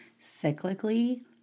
cyclically